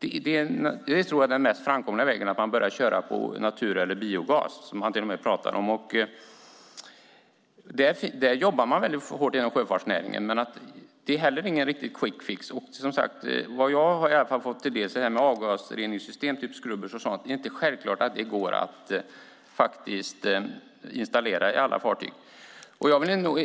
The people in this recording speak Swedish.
tror jag att den mest framkomliga vägen är att man börjar köra på natur och biogas, vilket man till och med pratar om. Där jobbar man väldigt hårt inom sjöfartsnäringen. Men det är heller ingen riktig quick fix. Vad jag förstått är det inte heller självklart att avgasreningssystem, som skrubbrar och sådant, går att installera i alla fartyg.